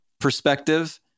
perspective